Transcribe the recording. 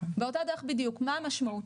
מה המשמעות?